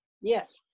Yes